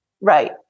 Right